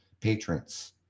patrons